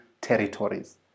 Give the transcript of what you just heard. territories